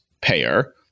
payer